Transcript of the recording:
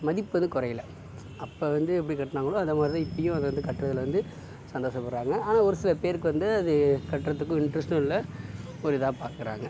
மதிப்பு வந்து குறையல அப்போ வந்து எப்படி கட்டினாங்களோ அந்த மாதிரி தான் இப்பவும் அதை வந்து கட்டுறதில் வந்து சந்தோஷப்படுகிறாங்க ஆனால் ஒரு சில பேருக்கு வந்து அது கட்டுறதுக்கும் இண்ட்ரெஸ்ட்டும் இல்லை ஒரு இதாக பார்க்குறாங்க